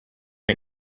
and